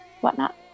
whatnot